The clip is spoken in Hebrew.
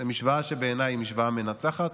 זו משוואה שבעיניי היא משוואה מנצחת,